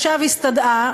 עכשיו הסתדרה,